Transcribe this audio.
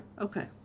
Okay